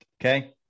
Okay